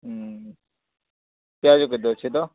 ପିଆଜ କେତେ ଅଛି ତ